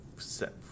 set